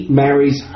marries